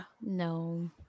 no